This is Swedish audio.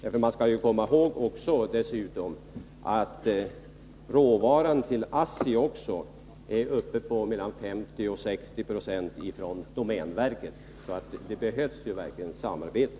Vi skall dessutom komma ihåg att mellan 50 och 60 96 av råvaran till ASSI kommer från domänverket, så det behövs verkligen samarbete.